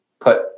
put